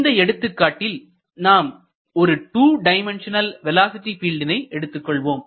இந்த எடுத்துக்காட்டில் நாம் ஒரு 2 டைமண்ட்ஷனல் வேலோஸிட்டி பில்டினை எடுத்துக்கொள்வோம்